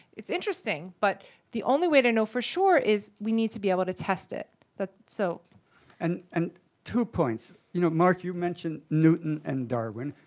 it's interesting, but the only way to know for sure is we need to be able to test it. stickgold so and um two points. you know, mark you mentioned newton and darwin.